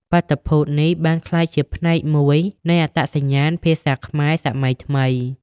បាតុភូតនេះបានក្លាយជាផ្នែកមួយនៃអត្តសញ្ញាណភាសាខ្មែរសម័យថ្មី។